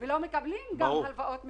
הם גם לא מקבלים הלוואות מהבנקים.